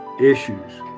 issues